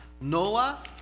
Noah